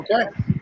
Okay